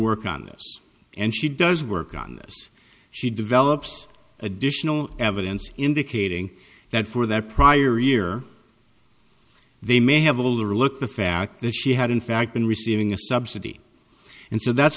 this and she does work on this she develops additional evidence indicating that for the prior year they may have overlooked the fact that she had in fact been receiving a subsidy and so that's